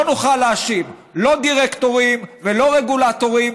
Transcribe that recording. לא נוכל להאשים לא דירקטורים ולא רגולטורים,